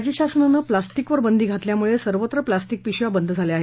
राज्य शासनाने प्लॅस्टिक वर बंदी घातल्यामुळे सर्वत्र प्लॅस्टिक पिशव्या बंद झाल्या आहेत